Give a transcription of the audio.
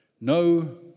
no